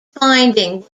finding